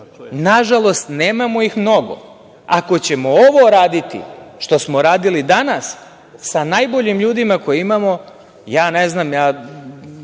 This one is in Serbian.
Nažalost, nemamo ih mnogo. Ako ćemo ovo raditi što smo radili danas, sa najboljim ljudima koje imamo, ja mogu da